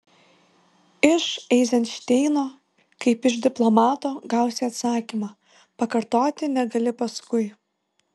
iš eizenšteino kaip iš diplomato gausi atsakymą pakartoti negali paskui